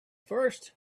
first